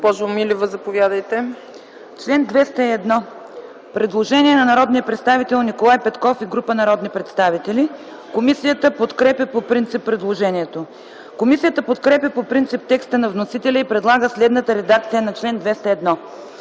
По § 17 има предложение на народния представител Николай Петков и група народни представители. Комисията подкрепя по принцип предложението. Комисията подкрепя по принцип текста на вносителя и предлага следната редакция на § 17: